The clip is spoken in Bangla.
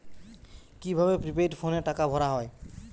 কি ভাবে প্রিপেইড ফোনে টাকা ভরা হয়?